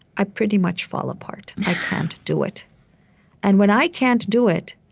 i pretty much fall apart. i can't do it and when i can't do it,